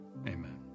Amen